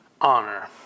honor